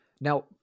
Now